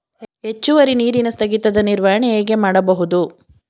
ಹೆಚ್ಚುವರಿ ನೀರಿನ ಸ್ಥಗಿತದ ನಿರ್ವಹಣೆ ಹೇಗೆ ಮಾಡಬಹುದು?